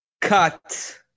cut